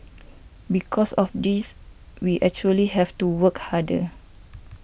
because of this we actually have to work harder